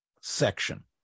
section